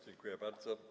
Dziękuję bardzo.